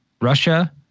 Russia